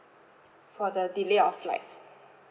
for the delay of flight